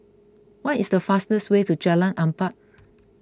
what is the fastest way to Jalan Empat